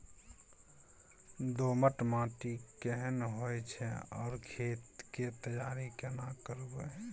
दोमट माटी केहन होय छै आर खेत के तैयारी केना करबै?